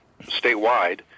statewide